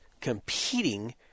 competing